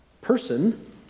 person